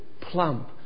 plump